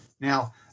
Now